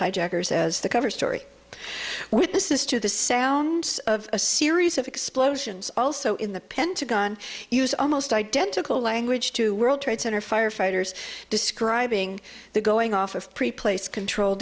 hijackers as the cover story with this is to the sounds of a series of explosions also in the pentagon use almost identical language to world trade center firefighters describing the going off of pre placed control